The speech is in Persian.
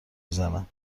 میزنم